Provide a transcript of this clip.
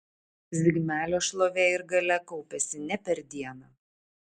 zigmelio šlovė ir galia kaupėsi ne per dieną